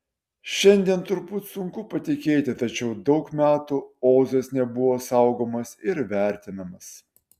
šiandien turbūt sunku patikėti tačiau daug metų ozas nebuvo saugomas ir vertinamas